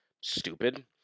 stupid